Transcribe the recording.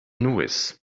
nevis